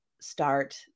start